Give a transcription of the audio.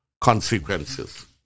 consequences